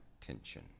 tension